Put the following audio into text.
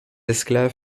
esclaves